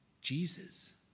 Jesus